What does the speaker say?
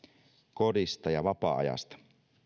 kodista ja vapaa ajasta